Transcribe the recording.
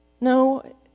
No